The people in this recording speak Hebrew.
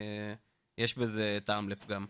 יש בזה טעם לפגם.